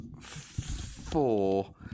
four